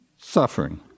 Suffering